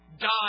die